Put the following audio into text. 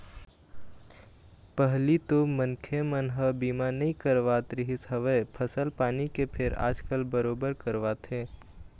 पहिली तो मनखे मन ह बीमा नइ करवात रिहिस हवय फसल पानी के फेर आजकल बरोबर करवाथे